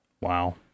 Wow